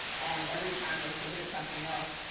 and every time they submit something else,